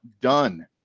done